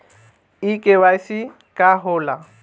इ के.वाइ.सी का हो ला?